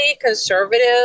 conservative